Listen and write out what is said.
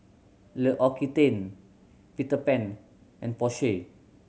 L'Occitane Peter Pan and Porsche